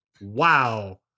Wow